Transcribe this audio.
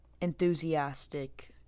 enthusiastic